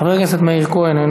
חבר הכנסת מאיר כהן,